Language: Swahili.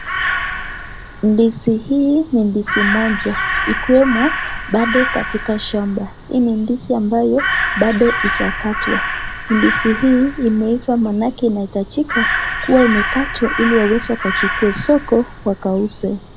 Ndizi hii ni ndizi moja ikiwemo bado katika shamba. Hii ni ndizi ambayo bado haijaktwa. Ndizi hii imeiva maanake inahitajika kuwa imekatwa ili waweze wakachukue soko wakauze.